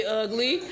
ugly